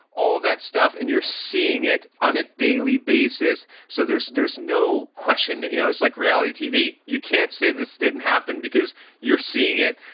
all that stuff, and you're seeing it on a daily basis. so there's there's no question. you know it's like reality tv. you can't say this didn't happen because you're seeing it.